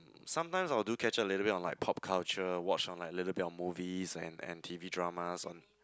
sometimes I do catch up a little bit on like pop culture watch on like a little bit of movies and and T_V dramas on